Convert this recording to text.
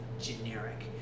generic